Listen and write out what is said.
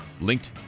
linked